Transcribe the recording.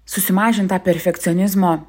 susimažint tą perfekcionizmo